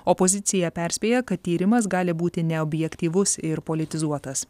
opozicija perspėja kad tyrimas gali būti neobjektyvus ir politizuotas